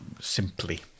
Simply